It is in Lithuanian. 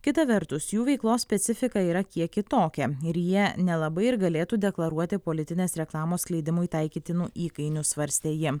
kita vertus jų veiklos specifika yra kiek kitokia ir jie nelabai ir galėtų deklaruoti politinės reklamos skleidimui taikytinų įkainių svarstė ji